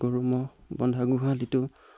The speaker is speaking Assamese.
গৰু ম'হ বন্ধা গোহালিটো